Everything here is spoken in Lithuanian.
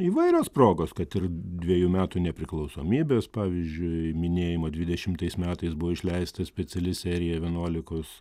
įvairios progos kad ir dvejų metų nepriklausomybės pavyzdžiui minėjimo dvidešimtais metais buvo išleista speciali serija vienuolikos